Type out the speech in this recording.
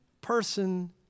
person